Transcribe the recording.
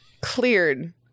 Cleared